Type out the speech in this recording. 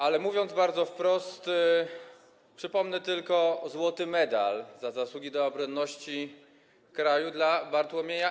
Ale mówiąc bardzo wprost, przypomnę tylko złoty medal „Za zasługi dla obronności kraju” dla Bartłomieja M.